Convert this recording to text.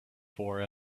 for